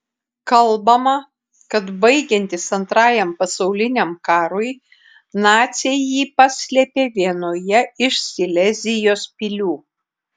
kalbama kad baigiantis antrajam pasauliniam karui naciai jį paslėpė vienoje iš silezijos pilių